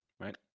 Right